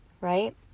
right